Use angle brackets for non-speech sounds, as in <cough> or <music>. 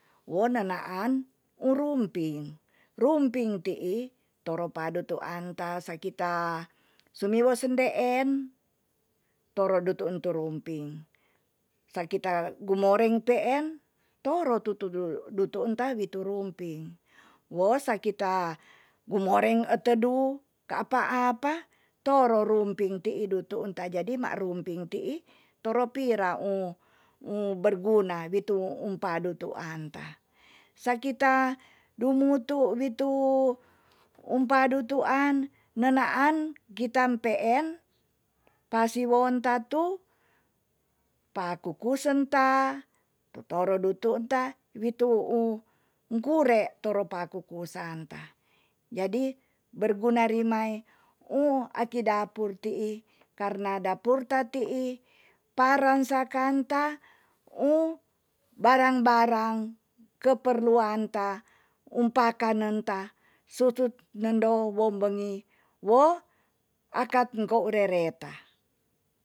Wo nena an um rumping. rumping ti'i toro padutuan ta sa kita sumiwo sendeen toro du tuun tu rumping. sa kita gumoreng peen, toro tutudu- dutu enta witu rumping. wo sa kita gumoreng etedu kaapa apa toro rumping ti'i du tu enta jadi ma rumping ti'i toro pir <hesitation> berguna witu um padu tuan ta. sa kita dumutu witu umpadutuan ne naan kitam peen pa siwon ta tu pakukusen ta, tu toro du tuun ta witu <hesitation> kure toro pakukusan ta. jadi berguna rimae um aki dapur ti'i karena dapur ta ti'i paren sakanta um barang barang keperluan ta um pakanen ta susut nendo wo wengi wo akat enko rereta.